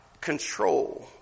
control